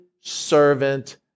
servant